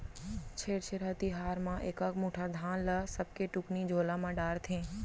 छेरछेरा तिहार म एकक मुठा धान ल सबके टुकनी झोला म डारथे